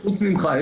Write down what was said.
חוץ ממך.